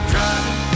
Driving